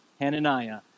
Hananiah